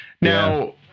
Now